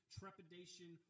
trepidation